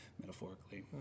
metaphorically